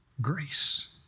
grace